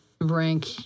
rank